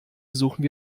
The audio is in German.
besuchen